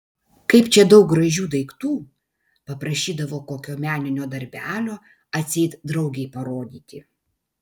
kaip čia daug gražių daiktų paprašydavo kokio meninio darbelio atseit draugei parodyti